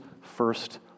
first